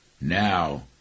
now